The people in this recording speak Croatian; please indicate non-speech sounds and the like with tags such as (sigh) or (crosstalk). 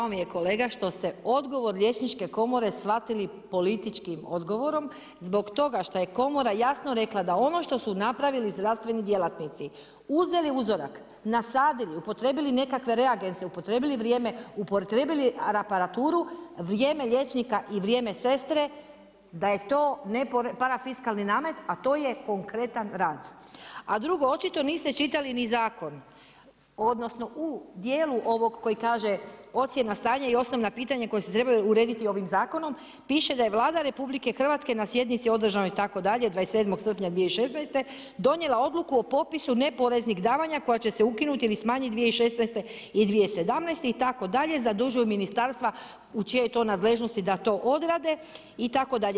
Žao mi je kolega, što ste odgovor Liječničke komore shvatili političkim odgovorom, zbog toga što je Komora jasno rekla, da ono što su napravili zdravstveni djelatnici, uzeli uzorak, nasadili, upotrijebili nekakve … (unintelligible) upotrijebili vrijeme, uporabili aparaturu, vrijeme liječnika i vrijeme sestre, da je to neparafiskalni namet, a to je konkretan … (unintelligible) A drugo, očito niste čitali ni zakon, odnosno, u dijelu ovog kojeg kaže ocjena stanja i osnovna pitanja koja se trebaju urediti ovim zakonom, piše da je Vlada Republike Hrvatske na sjednici održanoj, itd. 27. srpnja 2016. donijela odluku o popisu neporeznih davanja, koja će se ukinuti ili smanjiti 2016. i 2017. itd. zadužuju ministarstva u čijoj je to nadležnosti da to odrade itd.